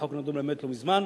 החוק נדון באמת לא מזמן.